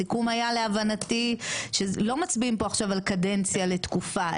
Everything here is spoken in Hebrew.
הסיכום היה להבנתי שלא מצביעים פה עכשיו על קדנציה לתקופה,